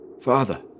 Father